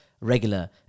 regular